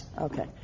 Okay